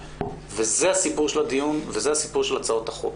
זה הסיפור של הדיון וזה הסיפור של הצעות החוק.